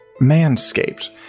Manscaped